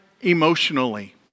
emotionally